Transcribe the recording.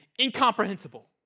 incomprehensible